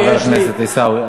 אני לא מתפרק, תאמין לי.